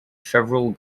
several